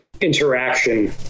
interaction